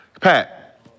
Pat